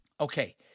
Okay